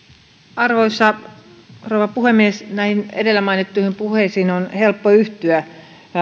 arvoisa rouva puhemies näihin edellä mainittuihin puheisiin on helppo yhtyä